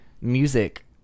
music